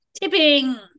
Tipping